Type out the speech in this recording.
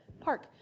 park